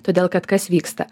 todėl kad kas vyksta